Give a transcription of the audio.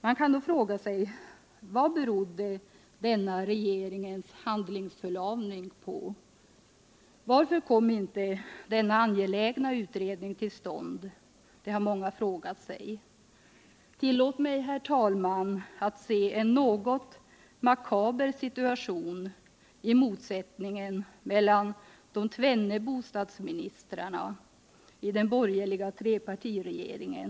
Man kan då fråga sig vad denna regeringens handlingsförlamning berodde på. Varför kom inte denna angelägna utredning till stånd? Det har många frågat sig. Tillåt mig, herr talman, att se en något makaber situation i motsättningen mellan de tvenne bostadsministrarna i den borgerliga trepartiregeringen.